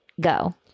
go